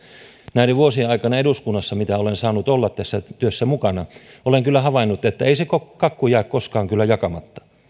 näiden vuosien aikana eduskunnassa mitä olen saanut olla tässä työssä mukana olen kyllä havainnut että ei se kakku jää koskaan kyllä jakamatta